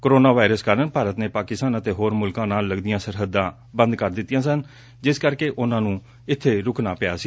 corona virus ਕਾਰਨ ਭਾਰਤ ਨੇ ਪਾਕਿਸਤਾਨ ਅਤੇ ਹੋਰ ਮੁਲਕਾਂ ਨਾਲ ਲਗਦੀਆਂ ਸਰਹੱਦਾਂ ਬੰਦ ਕਰ ਦਿਡੀਆਂ ਸਨ ਜਿਸ ਕਰਕੇ ਉਨ੍ਨਾਂ ਨੂੰ ਇਬੇ ਰੁਕਣਾ ਪਿਆ ਸੀ